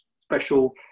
special